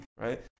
right